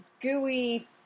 gooey